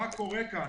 מה קורה כאן?